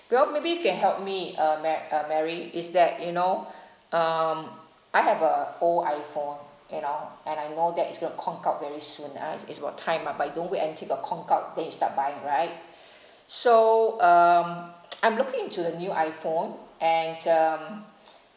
becau~ maybe you can help me uh mar~ uh mary is that you know um I have a old iphone you know and I know that is going to conk out very soon ah it's it's about time ah but you don't wait until got conked out then you start buying right so um I'm looking into the new iphone and um